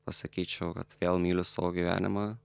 pasakyčiau kad vėl myliu savo gyvenimą